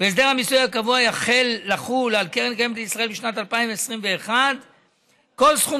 והסדר המיסוי הקבוע יחל לחול על קרן קיימת לישראל בשנת 2021. כל סכום